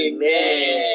Amen